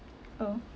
oh